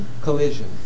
collision